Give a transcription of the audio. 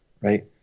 right